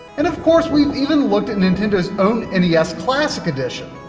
and of course we've even looked at nintendo's own and nes classic edition.